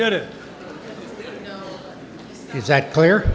did it is that clear